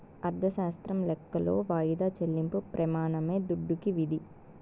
అర్ధశాస్త్రం లెక్కలో వాయిదా చెల్లింపు ప్రెమానమే దుడ్డుకి విధి